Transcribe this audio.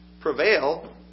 prevail